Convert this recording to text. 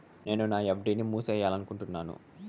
నేను నా ఎఫ్.డి ని మూసేయాలనుకుంటున్నాను